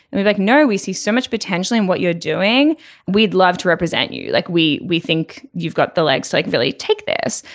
and we're like no we see so much potential in what you're doing we'd love to represent you. like we we think you've got the legs. like really take this.